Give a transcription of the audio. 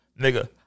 Nigga